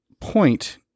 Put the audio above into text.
point